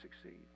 succeed